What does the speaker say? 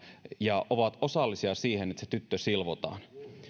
ja he ovat osallisia siihen että se tyttö silvotaan